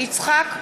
יצחק כהן,